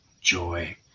joy